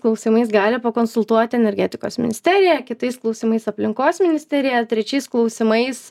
klausimais gali pakonsultuoti energetikos ministerija kitais klausimais aplinkos ministerija trečiais klausimais